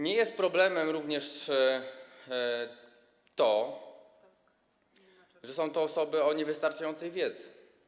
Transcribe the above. Nie jest problemem również to, że są to osoby o niewystarczającej wiedzy.